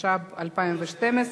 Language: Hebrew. התשע"ב 2012,